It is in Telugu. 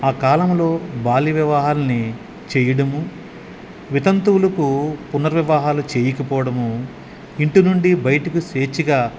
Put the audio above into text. ఆ కాలములో బాల్య వివాహాలని చేయడము వితంతువులకు పునర్వివాహాలు చేయకపోడము ఇంటి నుండి బయటకు స్వేచ్ఛగా